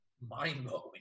mind-blowing